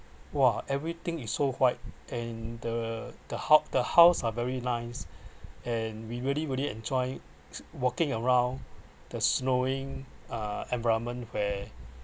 !wah! everything is so white and the the hou~ the house are very nice and we really really enjoy walking around the snowing uh environment where